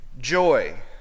joy